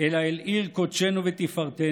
אלא אל עיר קודשנו ותפארתנו,